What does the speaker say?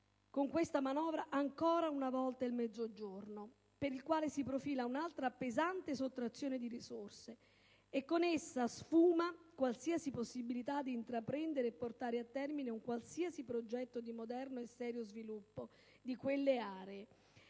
con questa manovra il Mezzogiorno, per il quale si profila un'altra pesante sottrazione di risorse. Con essa sfuma qualsiasi possibilità di intraprendere e portare a termine un qualsiasi progetto di moderno e serio sviluppo di quelle aree,